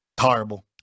Horrible